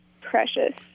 precious